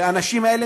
ולאנשים האלה,